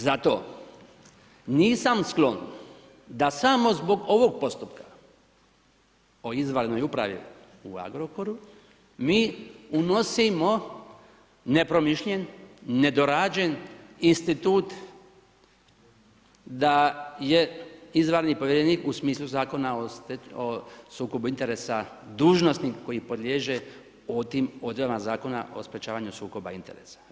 Zato nisam sklon da samo zbog ovog postupka o izvanrednoj upravi u Agrokoru mi unosimo nepromišljen, nedorađen institut da je izvanredni povjerenik u smislu Zakona o sukobu interesa dužnosnik koji podliježe tim odredbama Zakona o sprječavanju sukoba interesa.